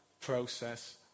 process